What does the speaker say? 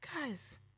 guys